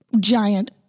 giant